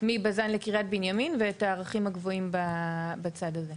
מבז"ן לקריית בנימין ואת הערכים הגבוהים בצד הזה.